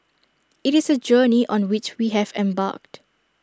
IT is A journey on which we have embarked